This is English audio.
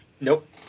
Nope